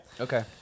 Okay